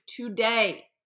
today